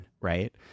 right